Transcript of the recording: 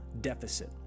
deficit